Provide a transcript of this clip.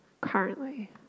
currently